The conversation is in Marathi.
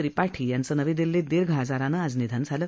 त्रिपाठी यांचं दिल्लीत दीर्घ आजारानं आज निधन झालं